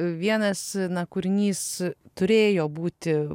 vienas kūrinys turėjo būti